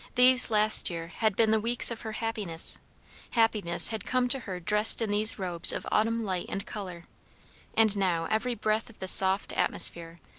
these, last year, had been the weeks of her happiness happiness had come to her dressed in these robes of autumn light and colour and now every breath of the soft atmosphere,